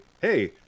hey